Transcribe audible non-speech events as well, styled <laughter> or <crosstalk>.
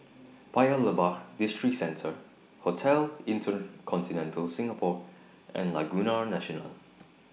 <noise> Paya Lebar Districentre Hotel InterContinental Singapore and Laguna National